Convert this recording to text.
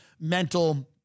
mental